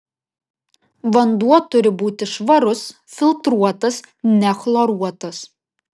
vanduo turi būti švarus filtruotas nechloruotas